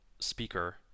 speaker